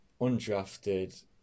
undrafted